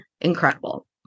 incredible